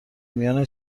میان